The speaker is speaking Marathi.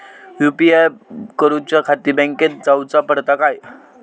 यू.पी.आय करूच्याखाती बँकेत जाऊचा पडता काय?